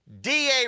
DA